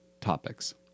topics